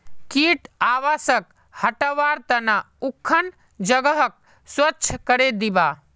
कीट आवासक हटव्वार त न उखन जगहक स्वच्छ करे दीबा